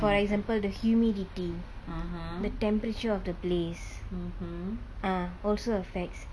for example the humidity the temperature of the blaze ah also affects